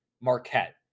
Marquette